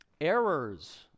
Errors